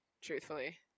Truthfully